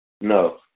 No